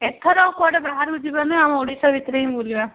ଏଥର ଆଉ କୁଆଡ଼େ ବାହାରକୁ ଯିବାର ନାହିଁ ଆମ ଓଡ଼ିଶା ଭିତରେ ହିଁ ବୁଲିବା